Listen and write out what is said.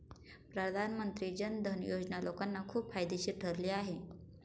प्रधानमंत्री जन धन योजना लोकांना खूप फायदेशीर ठरली आहे